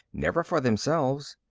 never for themselves.